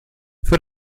für